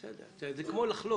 בסדר, זה כמו לחלוב.